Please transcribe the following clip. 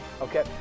Okay